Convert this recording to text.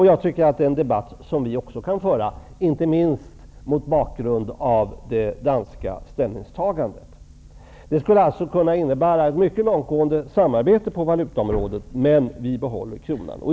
Jag tycker att det är en debatt som vi också kan föra, inte minst mot bakgrund av det danska ställningstagandet. Det skulle alltså kunna innebära ett mycket långtgående samarbete på valutaområdet, men vi behåller kronan.